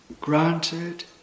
granted